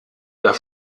der